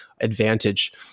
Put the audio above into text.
advantage